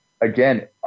again